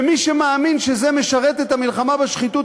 מי שמאמין שזה משרת את המלחמה בשחיתות,